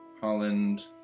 Holland